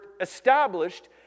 established